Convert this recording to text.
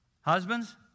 Husbands